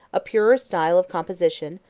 a purer style of composition,